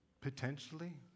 potentially